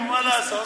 נו, מה לעשות.